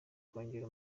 kongera